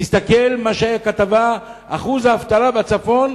תסתכל על הכתבה שהיתה בעניין אחוז האבטלה בצפון,